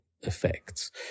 effects